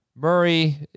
Murray